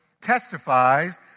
testifies